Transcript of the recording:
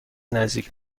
نزدیک